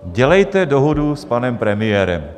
Dělejte dohodu s panem premiérem.